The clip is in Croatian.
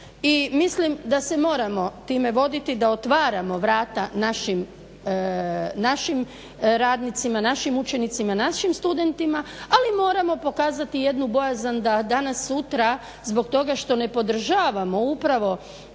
mislim da se moramo time voditi da otvaramo vrata našim radnicima, našim učenicima, našim studentima ali moramo pokazati jednu bojazan da danas-sutra zbog toga što ne podržavamo upravo